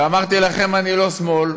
ואמרתי לכם, אני לא שמאל.